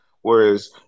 Whereas